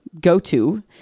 go-to